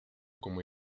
como